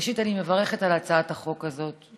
ראשית, אני מברכת על הצעת החוק הזאת.